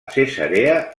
cesarea